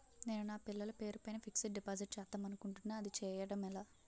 నేను నా పిల్లల పేరు పైన ఫిక్సడ్ డిపాజిట్ చేద్దాం అనుకుంటున్నా అది చేయడం ఎలా?